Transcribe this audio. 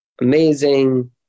amazing